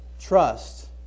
trust